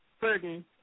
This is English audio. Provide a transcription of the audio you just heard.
burden